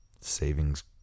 savings